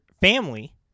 family